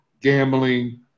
gambling